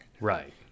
right